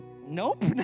nope